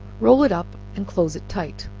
roll it up and close it tight,